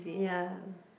ya